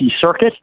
circuit